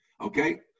Okay